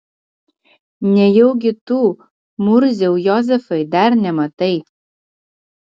nejaugi tu murziau jozefai dar nematai